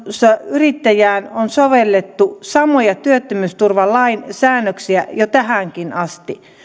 yrittäjään on sovellettu samoja työttömyysturvalain säännöksiä jo tähänkin asti